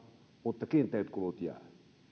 mutta kiinteät kulut jäävät